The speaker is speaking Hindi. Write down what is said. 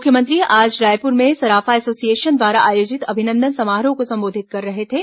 मुख्यमंत्री आज रायपुर में सराफा एसोसिएशन द्वारा आयोजित अभिनन्दन समारोह को सम्बोधित कर रहे थे